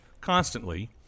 constantly